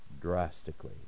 drastically